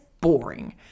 boring